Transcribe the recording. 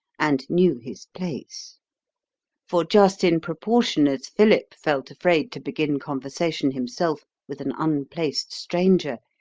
and knew his place for just in proportion as philip felt afraid to begin conversation himself with an unplaced stranger,